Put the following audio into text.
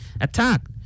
attacked